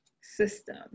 system